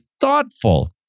thoughtful